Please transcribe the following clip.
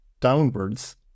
downwards